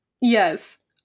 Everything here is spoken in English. Yes